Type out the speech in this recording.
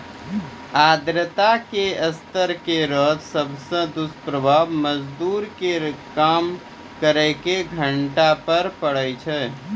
आर्द्रता के स्तर केरो सबसॅ दुस्प्रभाव मजदूर के काम करे के घंटा पर पड़ै छै